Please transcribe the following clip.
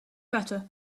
better